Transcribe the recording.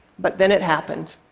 but then it happened.